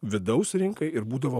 vidaus rinkai ir būdavo